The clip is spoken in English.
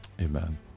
Amen